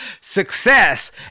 success